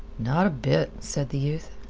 not a bit, said the youth.